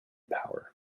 power